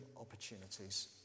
opportunities